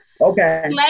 Okay